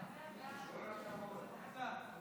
הארכת התיישנות של תובענה בגין עבירת מין),